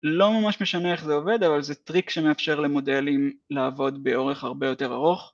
לא ממש משנה איך זה עובד אבל זה טריק שמאפשר למודלים לעבוד באורך הרבה יותר ארוך